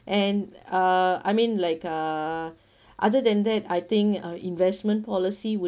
and uh I mean like uh other than that I think uh investment policy would